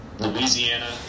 louisiana